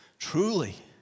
Truly